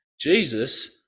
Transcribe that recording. Jesus